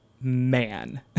man